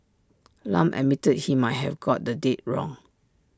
Lam admitted he might have got the date wrong